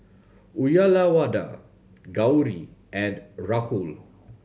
Uyyalawada Gauri and Rahul